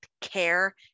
care